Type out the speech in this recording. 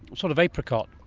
sort of apricot.